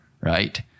right